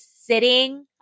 sitting